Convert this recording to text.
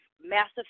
massive